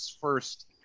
first